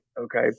Okay